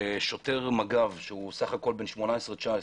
שוטר מג"ב, שהוא בסך הכול בן 18, 19,